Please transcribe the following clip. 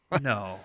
No